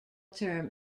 term